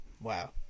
Wow